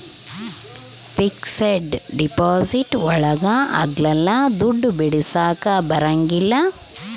fixed deposit ಒಳಗ ಅಗ್ಲಲ್ಲ ದುಡ್ಡು ಬಿಡಿಸಕ ಬರಂಗಿಲ್ಲ